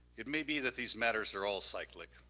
it may be that these matters are all cyclic.